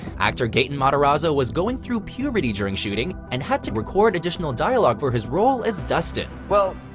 actor gaten matarazzo was going through puberty during shooting, and had to record additional dialogue for his role as dustin. well,